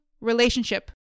relationship